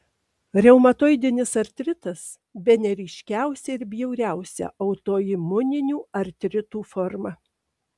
reumatoidinis artritas bene ryškiausia ir bjauriausia autoimuninių artritų forma